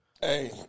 Hey